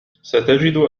ستجد